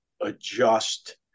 adjust